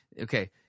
Okay